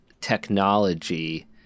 technology